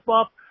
up